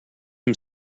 him